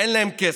אין להם כסף.